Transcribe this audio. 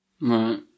Right